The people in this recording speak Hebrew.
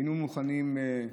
היינו מוכנים,